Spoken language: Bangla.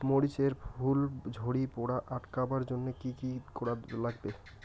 মরিচ এর ফুল ঝড়ি পড়া আটকাবার জইন্যে কি কি করা লাগবে?